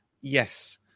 Yes